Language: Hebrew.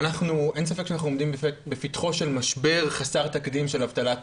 אין ספק שאנחנו עומדים בפתחו של משבר חסר תקדים של אבטלת